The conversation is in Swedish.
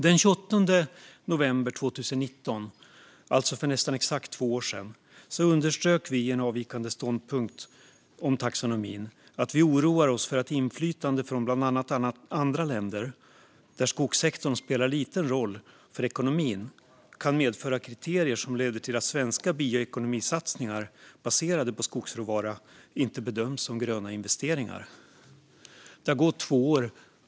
Den 28 november 2019, alltså för nästan exakt två år sedan, underströk vi i en avvikande ståndpunkt om taxonomin att vi oroar oss för att inflytande från andra länder där skogssektorn spelar liten roll för ekonomin kan medföra kriterier som leder till att svenska bioekonomisatsningar baserade på skogsråvara inte bedöms som gröna investeringar. Det har gått två år.